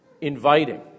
inviting